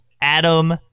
Adam